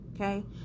Okay